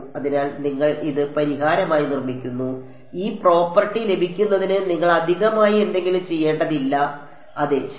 അതിനാൽ നിങ്ങൾ ഇത് പരിഹാരമായി നിർമ്മിക്കുന്നു ഈ പ്രോപ്പർട്ടി ലഭിക്കുന്നതിന് നിങ്ങൾ അധികമായി എന്തെങ്കിലും ചെയ്യേണ്ടതില്ല അതെ ശരി